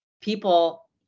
people